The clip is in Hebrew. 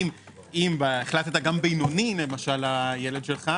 אני יכול להחזיר אותו למסלול